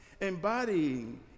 embodying